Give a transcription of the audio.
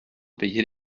payer